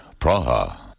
Praha